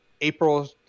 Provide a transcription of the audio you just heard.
april